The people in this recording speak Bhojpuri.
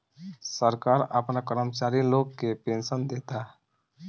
सरकार आपना कर्मचारी लोग के पेनसन देता